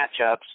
matchups